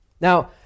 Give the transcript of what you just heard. Now